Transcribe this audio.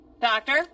Doctor